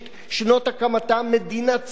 מדינה ציונית לכל דבר ועניין,